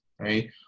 right